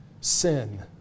sin